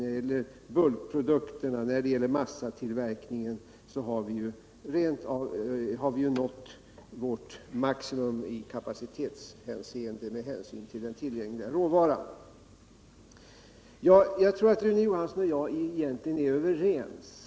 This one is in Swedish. När det gäller bulkprodukterna och massatillverkningen har vi ju med hänsyn till den tillgängliga råvaran nått vårt maximum i kapacitetshänseende. Jag tror att Rune Johansson i Ljungby och jag egentligen är överens.